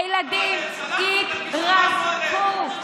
הילדים התרסקו.